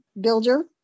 builder